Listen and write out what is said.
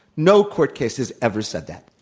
no court cases ever said that.